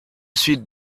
suis